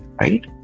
right